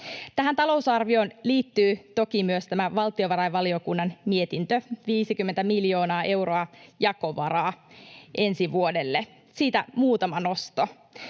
Tähän talousarvioon liittyy toki myös tämä valtiovarainvaliokunnan mietintö, 50 miljoonaa euroa jakovaraa ensi vuodelle. Siitä muutama nosto: